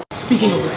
speaking of